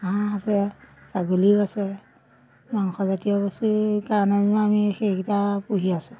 হাঁহ আছে ছাগলীও আছে মাংসজাতীয় বস্তুৰ কাৰণে যেনিবা আমি সেইকেইটা পুহি আছোঁ